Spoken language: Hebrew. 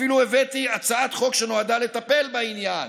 אפילו הבאתי הצעת חוק שנועדה לטפל בעניין,